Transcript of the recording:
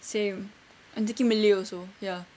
same I'm taking malay also ya